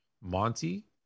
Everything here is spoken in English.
Monty